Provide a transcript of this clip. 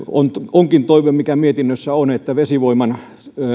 onkin toive mikä on mietinnössä että vesivoiman